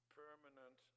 permanent